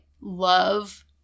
love